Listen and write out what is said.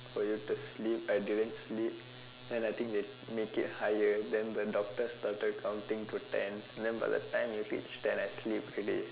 for you to sleep I didn't sleep then I think they make it higher then the doctor started counting to ten by the time it reached ten I sleep already